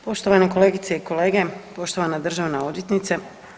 Poštovane kolegice i kolege, poštovana državna odvjetnice.